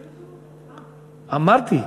אמרתי.